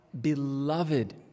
beloved